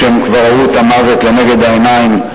כשכבר הם ראו את המוות לנגד העיניים,